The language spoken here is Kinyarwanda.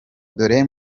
dore